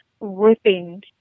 ripping